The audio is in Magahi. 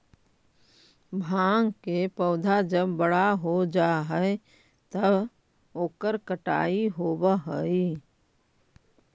भाँग के पौधा जब बड़ा हो जा हई त ओकर कटाई होवऽ हई